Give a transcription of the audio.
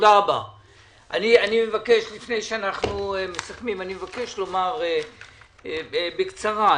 אני מבקש לומר בקצרה.